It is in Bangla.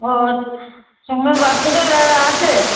ও সামনের রাস্তাটায় আছে